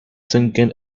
thinking